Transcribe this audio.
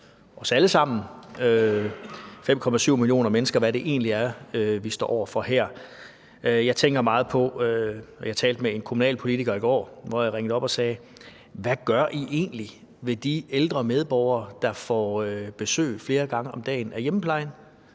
os alle sammen – 5,7 millioner mennesker – hvad det egentlig er, vi står over for her. Jeg talte med en kommunalpolitiker i går, som jeg ringede op og spurgte: Hvad gør I egentlig med de ældre medborgere, der får besøg flere gange om dagen af hjemmeplejen,